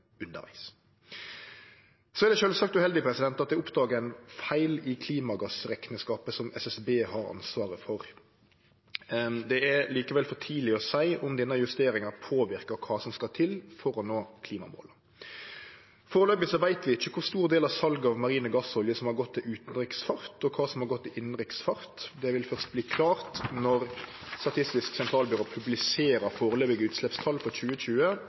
er sjølvsagt uheldig at det er oppdaga ein feil i klimagassrekneskapen som SSB har ansvaret for. Det er likevel for tidleg å seie om denne justeringa påverkar kva som skal til for å nå klimamåla. Førebels veit vi ikkje kor stor del av salet av marine gassoljer som har gått til utanriksfart, og kva som har gått til innanriksfart. Det vil først verte klart når Statistisk sentralbyrå publiserer førebelse utsleppstal for 2020,